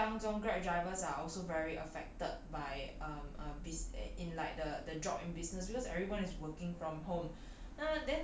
在这个疫情当中 grab drivers are also very affected by um um busi~ in like the the drop in business because everyone is working from home